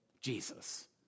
Jesus